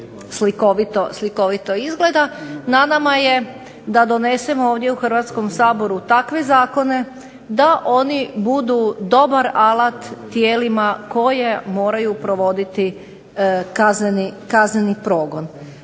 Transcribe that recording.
slikovito izgleda. Na nama je da donesemo ovdje u Hrvatskom saboru takve zakone da oni budu dobar alat tijelima koja moraju provoditi kazneni progon.